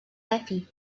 happy